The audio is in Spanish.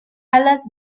alas